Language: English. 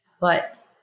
but-